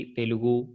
Telugu